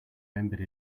remembered